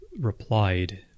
replied